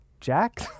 Jack